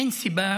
אין סיבה